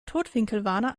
totwinkelwarner